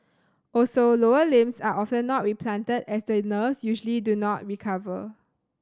also lower limbs are often not replanted as the nerves usually do not recover